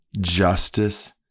justice